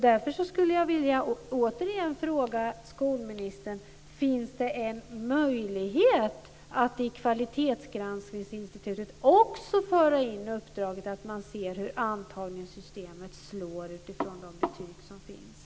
Därför vill jag återigen fråga skolministern: Finns det en möjlighet att i Kvalitetsgranskningsnämnden också föra in uppdraget att man ser på hur antagningssystemet slår utifrån de betyg som finns?